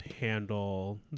handle